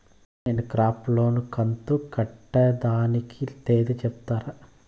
నేను crop loan కంతు కట్టేదానికి తేది సెప్తారా?